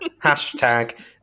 hashtag